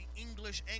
English